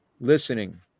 listening